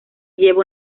lleva